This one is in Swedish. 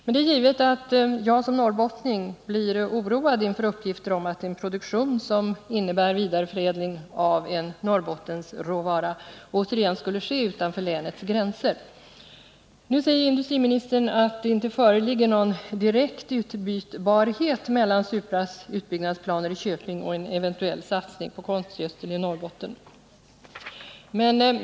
Men det är givet att jag som norrbottning blir oroad inför uppgifter om att en produktion som innebär vidareförädling av en Norrbottenråvara återigen skulle ske utanför länets gränser. Industriministern säger att det inte föreligger någon direkt utbytbarhet mellan Supras utbyggnadsplaner i Köping och en eventuell satsning på konstgödsel i Norrbotten.